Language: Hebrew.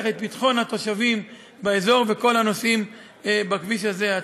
את ביטחון התושבים באזור וכל הנוסעים בכביש הזה עצמו.